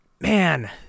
man